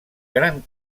gran